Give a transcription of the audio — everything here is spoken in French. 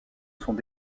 sont